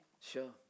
Sure